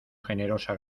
generosa